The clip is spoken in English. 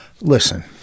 listen